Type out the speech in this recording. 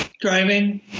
driving